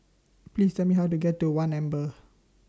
Please Tell Me How to get to one Amber